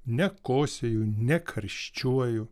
nekosėju nekarščiuoju